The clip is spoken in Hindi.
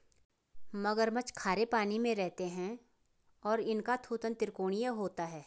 मगरमच्छ खारे पानी में रहते हैं और इनका थूथन त्रिकोणीय होता है